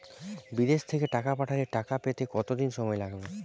বিদেশ থেকে টাকা পাঠালে টাকা পেতে কদিন সময় লাগবে?